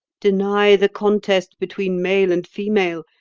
deny the contest between male and female,